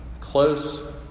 close